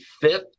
fifth